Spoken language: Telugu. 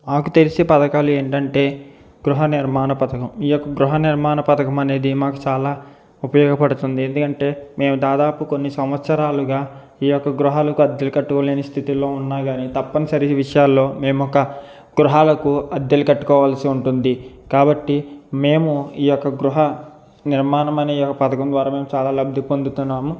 నాకు తెలిసి పథకాలు ఏంటంటే గృహ నిర్మాణ పథకం ఈ యొక్క గృహ నిర్మాణ పథకమనేది మాకు చాలా ఉపయోగపడుతుంది ఎందుకంటే మేము దాదాపు కొన్ని సంవత్సరాలుగా ఈ యొక్క గృహాలు కట్టుకోలేని స్థితిలో ఉన్నా గాని తప్పనిసరి విషయాల్లో మేమొక గృహాలకు అద్దెలు కట్టుకోవాల్సి ఉంటుంది కాబట్టి మేము ఈ యొక్క గృహ నిర్మాణం అనే ఈ యొక్క పథకం ద్వారా చాల లబ్ది పొందుతున్నాము